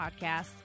Podcast